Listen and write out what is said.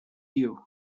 you